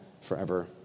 forever